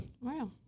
Wow